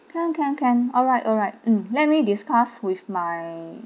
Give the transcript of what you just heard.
can can can alright alright mm let me discuss with my